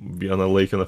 vieną laikiną f